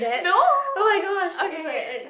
no okay okay